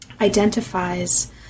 identifies